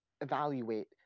evaluate